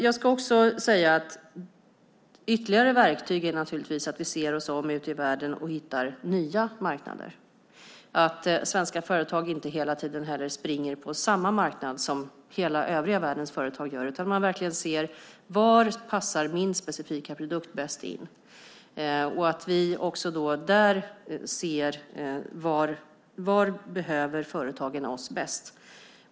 Jag ska också säga att ytterligare verktyg naturligtvis är att vi ser oss om ute i världen och hittar nya marknader, att svenska företag inte hela tiden springer på samma marknad som hela övriga världens företag gör utan verkligen ser: Var passar min specifika produkt bäst in? Där ska vi också se var företagen behöver oss bäst.